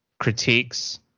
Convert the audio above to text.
Critiques